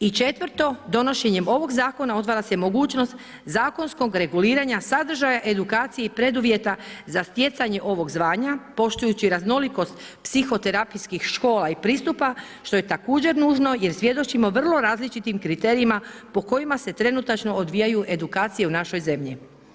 I četvrto, donošenjem ovog zakona otvara se mogućnost zakonskog reguliranja sadržaja edukacije i preduvjeta za stjecanje ovog zvanja poštujući raznolikost psihoterapijskih škola i pristupa što je također nužno jer svjedočimo vrlo različitim kriterijima po kojima se trenutačno odvijaju edukacije u našoj zemlji.